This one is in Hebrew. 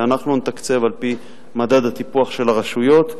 שאנחנו נתקצב על-פי מדד הטיפוח של הרשויות,